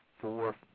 four